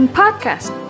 podcast